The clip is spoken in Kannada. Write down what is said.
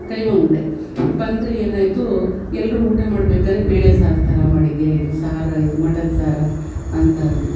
ಕೈಮಾ ಉಂಡೆ ಬಂದರೆ ಏನಾಯಿತು ಎಲ್ಲರು ಊಟ ಮಾಡಬೇಕಾರೆ ಬೇಳೆಸಾರು ಥರ ಮಾಡಿದಿಯಾ ಇದು ಸಾರಾ ಇದು ಮಟನ್ ಸಾರಾ ಅಂತಂದರು